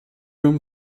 room